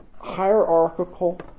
Hierarchical